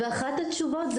ואחת התשובות,